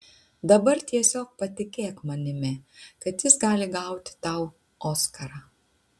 dabar tiesiog patikėk manimi kad jis gali gauti tau oskarą